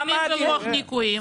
--- בדוח ניכויים.